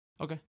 Okay